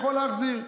יכול להחזיר.